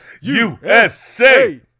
USA